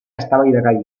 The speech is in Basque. eztabaidagai